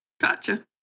Gotcha